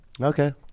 okay